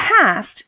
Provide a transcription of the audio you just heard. past